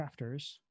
crafters